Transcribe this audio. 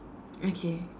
okay